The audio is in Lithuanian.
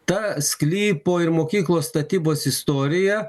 ta sklypo ir mokyklos statybos istorija